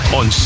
on